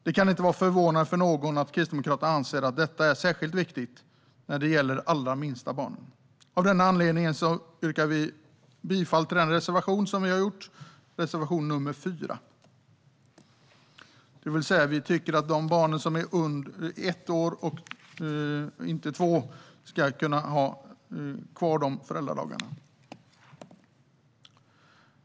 Det kan inte vara förvånande för någon att Kristdemokraterna anser att detta är särskilt viktigt när det gäller de allra minsta barnen. Av denna anledning yrkar jag bifall till reservation 4. Vi tycker alltså inte att någon begränsning ska göras av antalet dagar för barn som är äldre än ett år men yngre än två år.